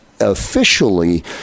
officially